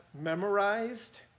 memorized